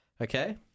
okay